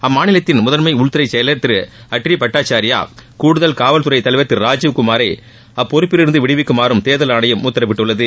அம்மாநிலத்தின் முதன்மை உள்துறை செயவர் திரு அட்ரி பட்டாச்சாரியா கூடுதல் காவல்குறை தலைவர் கிரு ராஜீவ் குமாரை அப்பொறுப்பில் இருந்து விடுவிக்குமாறும் தேர்தல் ஆணையம் உத்தரவிட்டுள்ளது